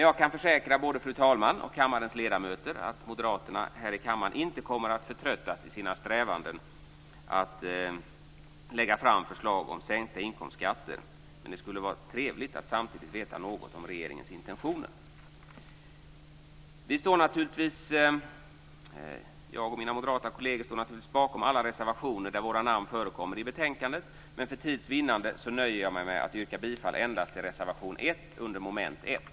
Jag kan försäkra både fru talmannen och kammarens ledamöter att moderaterna här i kammaren inte kommer att förtröttas i sina strävanden att lägga fram förslag om sänkta inkomstskatter, men det skulle vara trevligt att samtidigt veta något om regeringens intentioner. Jag och mina moderata kolleger står naturligtvis bakom alla reservationer där våra namn förekommer i betänkandet, men för tids vinnande nöjer jag mig med att yrka bifall endast till reservation 1 under mom. 1.